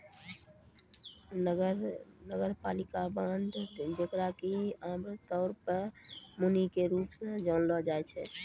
नगरपालिका बांड जेकरा कि आमतौरो पे मुनि के रूप मे जानलो जाय छै